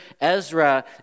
Ezra